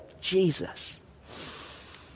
Jesus